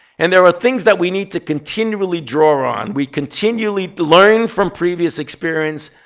and there are things that we need to continually draw on. we continually learn from previous experience.